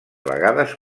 vegades